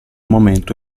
momento